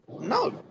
no